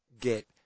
get